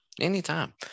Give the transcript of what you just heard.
anytime